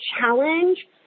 challenge